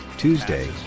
Tuesday